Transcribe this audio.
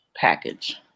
package